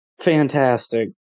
fantastic